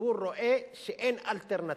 הציבור רואה שאין אלטרנטיבה.